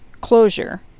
closure